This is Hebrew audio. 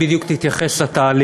איך בדיוק היא תתייחס לתהליך?